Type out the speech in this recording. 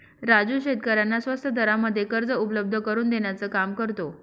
राजू शेतकऱ्यांना स्वस्त दरामध्ये कर्ज उपलब्ध करून देण्याचं काम करतो